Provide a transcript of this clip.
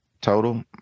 total